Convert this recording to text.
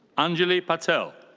anjali patel.